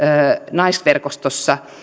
naisverkostossa